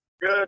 Good